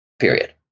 Period